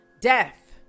death